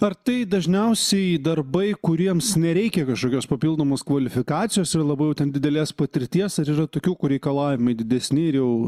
ar tai dažniausiai darbai kuriems nereikia kažkokios papildomos kvalifikacijos ir labai jau ten didelės patirties ar yra tokių kur reikalavimai didesni ir jau